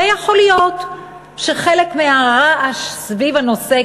יכול להיות שהרעש סביב הנושא,